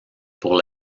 pour